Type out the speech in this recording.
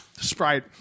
Sprite